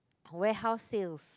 warehouse sales